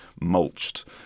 mulched